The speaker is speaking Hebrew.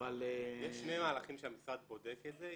אבל --- יש שני מהלכים שהמשרד בודק את זה.